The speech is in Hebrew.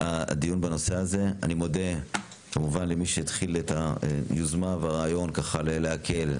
אני מודה כמובן למי שהתחיל את היוזמה והרעיון להקל,